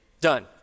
done